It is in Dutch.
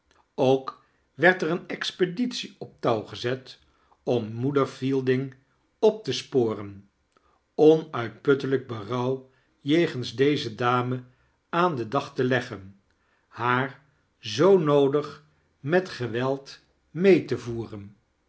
ook werd er eene expeditie op touw gezet otu moeder fielding op te sporen onuitputtelijk berouw jegems deze dame aan den dag te leggan haar zoo noodig met geweld mee te voeren